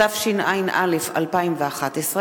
התשע"א 2011,